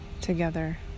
together